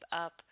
up